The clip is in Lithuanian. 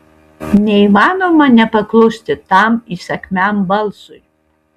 neįmanoma nepaklusti tam įsakmiam balsui